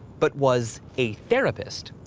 but was a therapist?